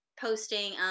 posting